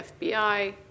FBI